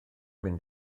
mynd